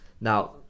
Now